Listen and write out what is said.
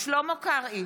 שלמה קרעי